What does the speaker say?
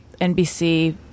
NBC